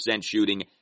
shooting